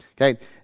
Okay